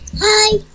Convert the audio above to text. Hi